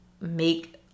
make